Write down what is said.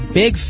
big